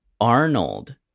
Arnold